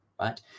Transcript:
Right